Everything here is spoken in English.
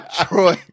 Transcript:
Troy